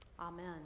Amen